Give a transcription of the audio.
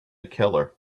keller